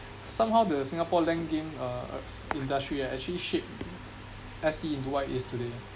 somehow the Singapore LAN game uh uh industry ah actually shaped S_E into what it is today